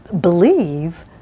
believe